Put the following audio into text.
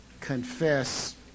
confess